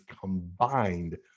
combined